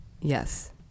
yes